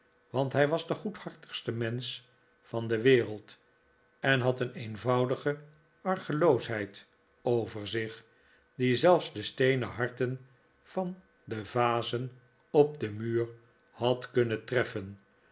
want hij was de goedhartigste mensch van de wereld en had een eenvoudige argeloosheid over zich die zelfs de steenen harten van de vazen op den muur had kunnen treffen